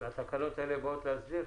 את זה התקנות האלה באות להסדיר?